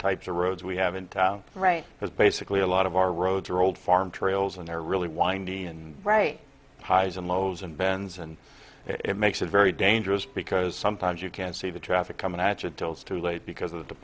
types of roads we have in town right because basically a lot of our roads are old farm trails and they're really windy and highs and lows and bends and it makes it very dangerous because sometimes you can see the traffic coming at it till it's too late because of the